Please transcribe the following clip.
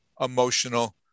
emotional